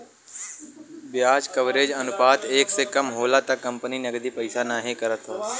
ब्याज कवरेज अनुपात एक से कम होला त कंपनी नकदी पैदा नाहीं करत हौ